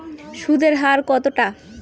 সুদের হার কতটা?